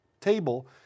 table